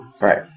Right